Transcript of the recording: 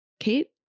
Kate